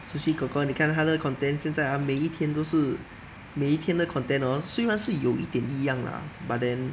sushi kor kor 你看他的 content 现在 ah 每一天都是每一天的 content hor 虽然是有一点一样 lah but then